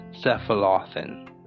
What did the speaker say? cephalothin